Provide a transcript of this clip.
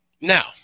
Now